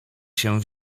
się